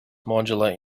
modular